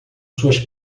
suas